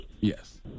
Yes